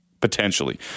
Potentially